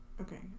Okay